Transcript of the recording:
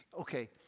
Okay